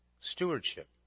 stewardship